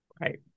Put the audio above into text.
Right